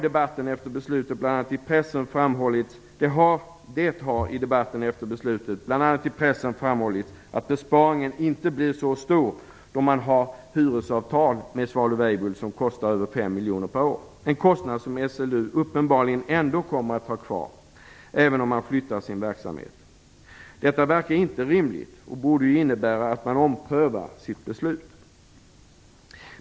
Det har i debatten efter beslutet bl.a. i pressen framhållits att besparingen inte blir så stor, eftersom SLU har ett hyresavtal med Svalöf Weibulls som kostar över 5 miljoner kronor per år. Denna kostnad kommer SLU uppenbarligen att ha kvar även om verksamheten flyttas. Detta verkar inte rimligt, och det borde innebära att beslutet omprövas.